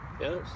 Yes